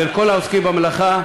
ולכל העוסקים במלאכה.